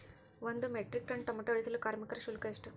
ಒಂದು metric ton tomato ಇಳಿಸಲು ಕಾರ್ಮಿಕರ ಶುಲ್ಕ ಎಷ್ಟು?